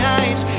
eyes